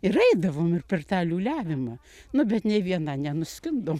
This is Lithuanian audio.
ir eidavom ir per ta liūliavimą nu bet nei viena nenuskindom